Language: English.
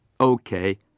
Okay